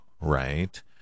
right